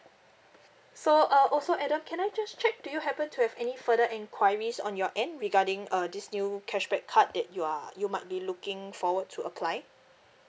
so uh also adam can I just check do you happen to have any further enquiries on your end regarding uh this new cashback card that you are you might be looking forward to apply